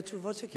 התשובות שלך?